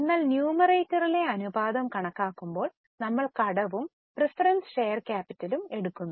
എന്നാൽ ന്യൂമറേറ്ററിലെ അനുപാതം കണക്കാക്കുമ്പോൾ നമ്മൾ കടവും പ്രീഫെറെൻസ് ഷെയർ ക്യാപിറ്റലും എടുക്കുന്നു